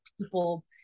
people